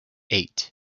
eight